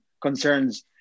concerns